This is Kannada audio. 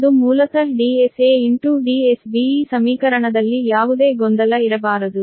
ಅದು ಮೂಲತಃ DSA DSB ಈ ಸಮೀಕರಣದಲ್ಲಿ ಯಾವುದೇ ಗೊಂದಲ ಇರಬಾರದು